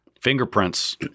Fingerprints